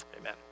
amen